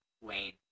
Wayne